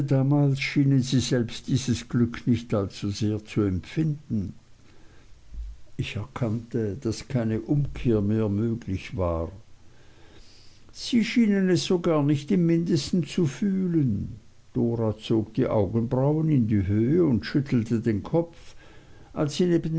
damals schienen sie selbst dieses glück nicht allzu sehr zu empfinden ich erkannte daß keine umkehr mehr möglich war sie schienen es sogar nicht im mindesten zu fühlen dora zog die augenbrauen in die höhe und schüttelte den kopf als sie neben